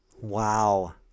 wow